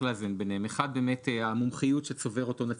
אחד - המומחיות שצובר אותו נציג,